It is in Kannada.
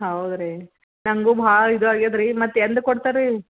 ಹೌದ್ರೀ ನನಗೂ ಭಾಳ ಇದಾಗ್ಯದ ರೀ ಮತ್ತು ಎಂದು ಕೊಡ್ತಾರೆ ರೀ